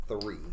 Three